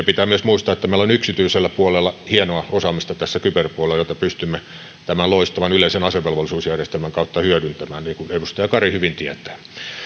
pitää muistaa myös että meillä on yksityisellä puolella hienoa osaamista tässä kyberpuolella jota pystymme tämän loistavan yleisen asevelvollisuusjärjestelmän kautta hyödyntämään niin kuin edustaja kari hyvin tietää